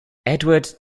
edward